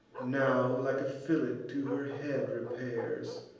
now like a fillet to her head repairs,